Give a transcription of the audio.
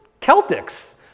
Celtics